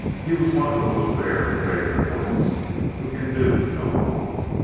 he was one of those rare and favored mortals who can do no wrong.